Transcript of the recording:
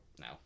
No